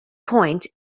point